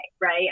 Right